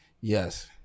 yes